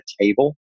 table